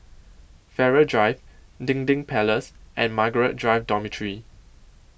Farrer Drive Dinding Place and Margaret Drive Dormitory